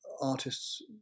artists